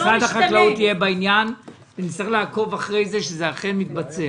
משרד החקלאות יהיה בעניין ונצטרך לעקוב שזה אכן מתבצע.